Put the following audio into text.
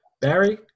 Barry